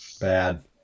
Bad